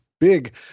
big